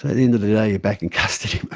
the end of the day, you're back in custody,